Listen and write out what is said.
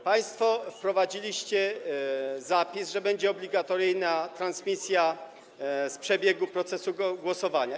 Państwo wprowadziliście zapis, że będzie obligatoryjna transmisja z przebiegu procesu głosowania.